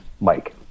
Mike